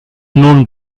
known